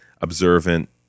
observant